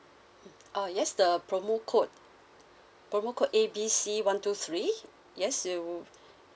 ah yes the promo code promo code A B C one two three yes you